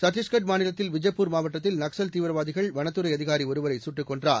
சத்திஷ்கர் மாநிலத்தில் பிஜப்பூர் மாவட்டத்தில் நக்ஸல் தீவிரவாதிகள் வனத்துறை அதிகாரி ஒருவரை சுட்டுக் கொன்றனர்